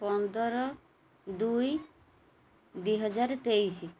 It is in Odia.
ପନ୍ଦର ଦୁଇ ଦୁଇ ହଜାର ତେଇଶି